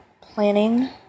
planning